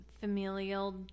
familial